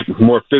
more